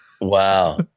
Wow